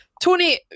Tony